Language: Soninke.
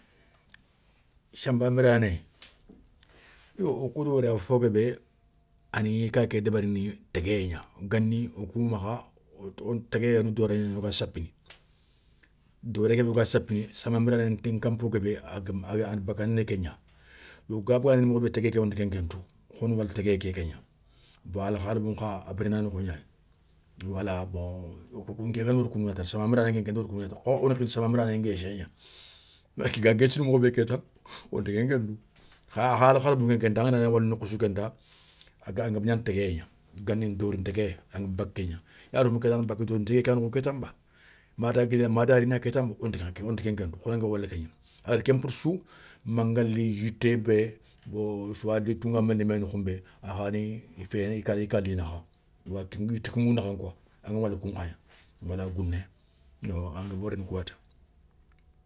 Samba nbirané yo wo kou da wori a fo guébé a ni kaké débérini, téguéyé gna gani, wokoumakha téguéyé a do doré gnani wo ga sapini. doré kébé woga sapini, samba nbirané kan npo guébé a na bagandini kégna, yo ga bagandini nokhou bé téguéyé ké wonta ken nke ntou khona wala téguéyé ké kégna. Bon alkhalibou nkha a biréna nokho gnayi, wala bon nké kenda wori koundou gna ta samba nbirané nké ndi wori koundou gna ta, kha oni khili samba nbirané nguéssé gna, gua guéssounou mokho bé kéta wonta kenkentou, kha al khalibou nkénta angana gna wala nokhou sou kenta angaba gnana téguéyé gna, gani dorin téguéyé, a na baka kégna, yala kouŋa mana bakka dorin téguéyé kéya nokho kétan ba, mada rina kétanba, wonta kenkentou. A gada ken foutou sou mangali yitté, bé boo souwa yitun ga mélinimé nokhou nbé, a khani i ka li nakha, yitou kiŋu nakha nkoi, aŋa wala koun khaya, angadaga gouné yo agni worini kouyata.